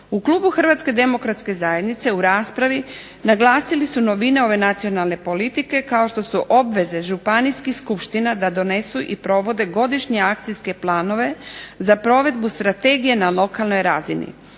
U Klubu HDZ-a u raspravi naglasili su novine ove nacionalne politike kao što su obveze županijskih skupština da donesu i provode godišnje akcijske planove za provedbu strategije na lokalnoj razini.